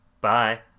Bye